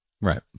right